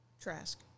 Trask